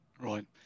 Right